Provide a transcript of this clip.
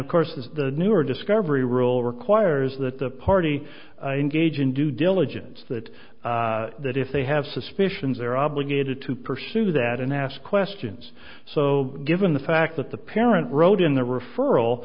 of course is the new or discovery rule requires that the party engage in due diligence that that if they have suspicions they're obligated to pursue that and ask questions so given the fact that the parent wrote in the referral